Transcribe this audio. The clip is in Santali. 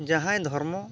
ᱡᱟᱦᱟᱸᱭ ᱫᱷᱚᱨᱢᱚ